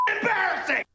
embarrassing